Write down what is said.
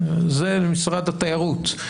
זה למשרד התיירות.